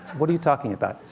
what are you talking about?